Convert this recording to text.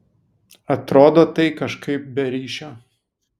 atrodo tai kažkaip be ryšio